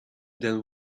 then